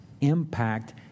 impact